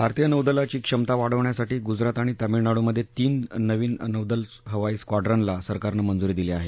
भारतीय नौदलाची क्षमता वाढवण्यासाठी गुजरात आणि तामिळनाडूमध्ये तीन नवीन नौदल हवाई स्क्वाडूनला सरकारनं मंजुरी दिली आहे